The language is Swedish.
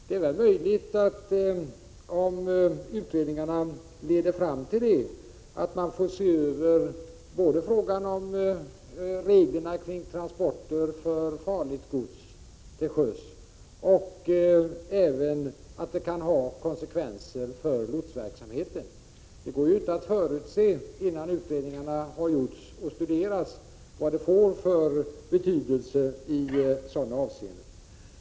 Det är väl möjligt, om utredningarna leder fram till det, både att man får se över reglerna för transporter av farligt gods till sjöss och även att det kan få konsekvenser för lotsverksamheten. Det går alltså inte att förutse innan utredningarna har genomförts och studerats vad de får för betydelse i sådana avseenden.